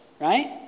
Right